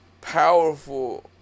Powerful